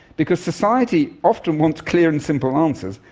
because society often wants clear and simple answers,